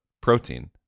protein